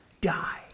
die